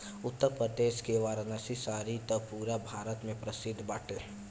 उत्तरप्रदेश के बनारसी साड़ी त पुरा भारत में ही प्रसिद्ध बाटे